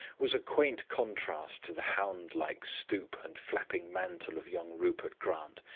was a quaint contrast to the hound-like stoop and flapping mantle of young rupert grant,